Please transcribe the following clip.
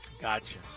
Gotcha